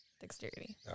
Dexterity